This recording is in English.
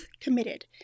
committed